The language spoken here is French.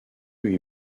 lui